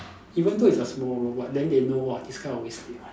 even though it's a small role but then they know !wah! this guy always late one